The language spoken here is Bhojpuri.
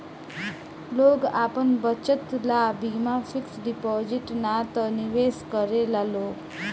लोग आपन बचत ला बीमा फिक्स डिपाजिट ना त निवेश करेला लोग